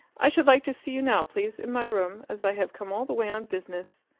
i should like to see you now, please, in my room, as i have come all the way on business.